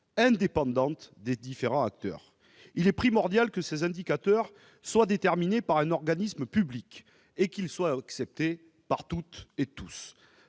indépendante des différents acteurs. Il est primordial qu'ils soient déterminés par un organisme public et qu'ils soient acceptés par toutes et tous.